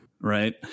Right